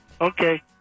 Okay